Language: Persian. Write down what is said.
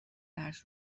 درس